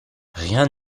rien